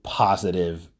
positive